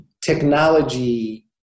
technology